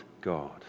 God